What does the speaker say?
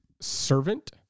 servant